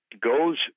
goes